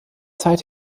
zeit